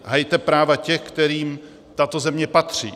Hajte práva těch, kterým tato země patří.